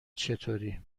چطوری